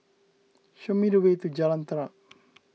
show me the way to Jalan Terap